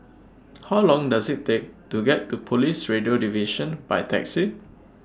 How Long Does IT Take to get to Police Radio Division By Taxi